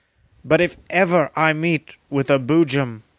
but if ever i meet with a boojum,